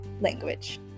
language